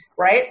right